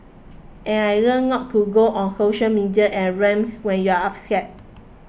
and I've learnt not to go on social media and rant when you're upset